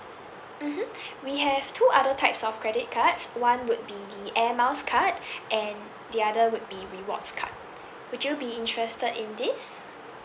mmhmm we have two other types of credit cards one would the air miles card and the other would be rewards card would you be interested in this